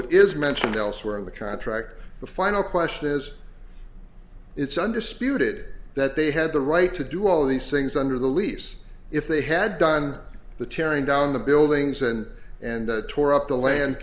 it is mentioned elsewhere in the contract the final question is it's undisputed that they had the right to do all these things under the lease if they had done the tearing down the buildings and and tore up the land